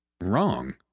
Wrong